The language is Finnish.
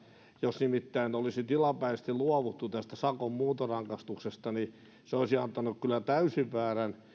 jos nimittäin olisi tilapäisesti luovuttu tästä sakon muuntorangaistuksesta niin se olisi antanut kyllä täysin väärän